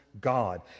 God